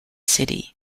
city